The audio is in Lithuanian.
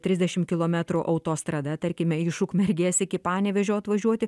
trisdešim kilometrų autostrada tarkime iš ukmergės iki panevėžio atvažiuoti